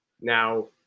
Now